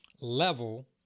level